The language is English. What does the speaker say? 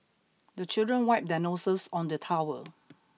the children wipe their noses on the towel